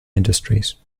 industries